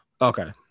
okay